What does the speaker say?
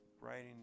writing